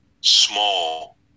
small